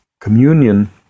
Communion